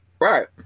right